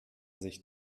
sich